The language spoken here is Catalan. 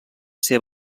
ser